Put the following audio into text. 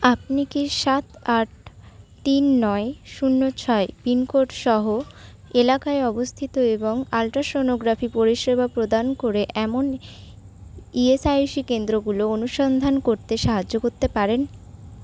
আপনি কি সাত আট তিন নয় শূন্য ছয় পিন কোড সহ এলাকায় অবস্থিত এবং আল্ট্রাসোনোগ্রাফি পরিষেবা প্রদান করে এমন ইএসআইসি কেন্দ্রগুলো অনুসন্ধান করতে সাহায্য করতে পারেন